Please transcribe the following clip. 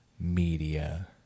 media